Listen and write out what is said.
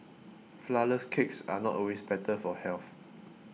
Flourless Cakes are not always better for health